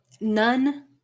none